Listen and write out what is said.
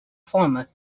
farmer